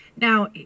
Now